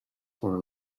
for